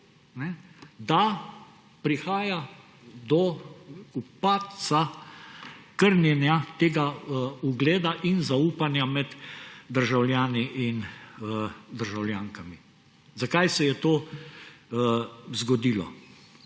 da prihaja do padca, krnjenja tega ugleda in zaupanja med državljani in državljankami? Zakaj se je to zgodilo?